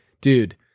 dude